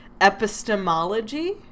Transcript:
epistemology